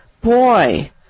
Boy